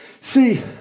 See